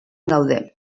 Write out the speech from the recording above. gaude